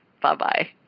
Bye-bye